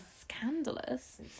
scandalous